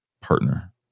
partner